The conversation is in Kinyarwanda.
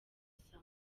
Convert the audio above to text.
saa